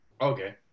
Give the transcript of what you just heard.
Okay